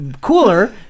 cooler